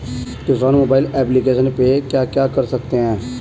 किसान mobile application पे क्या क्या कर सकते हैं?